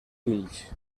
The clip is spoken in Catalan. fills